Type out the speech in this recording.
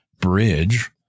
bridge